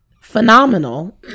phenomenal